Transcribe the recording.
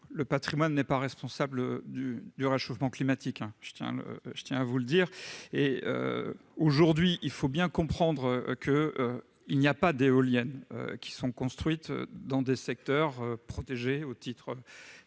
Le patrimoine n'est pas responsable du réchauffement climatique, je tiens à vous le dire. Aujourd'hui il faut bien comprendre qu'aucune éolienne n'est construite dans des secteurs protégés au titre des